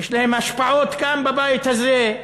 יש להם השפעות כאן בבית הזה.